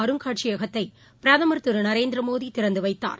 அருங்காட்சியகத்தைபிரதமர் திருநரேந்திரமோடி இன்றுதிறந்துவைத்தார்